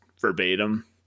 verbatim